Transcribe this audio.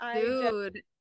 dude